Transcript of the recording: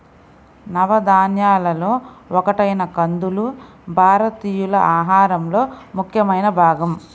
నవధాన్యాలలో ఒకటైన కందులు భారతీయుల ఆహారంలో ముఖ్యమైన భాగం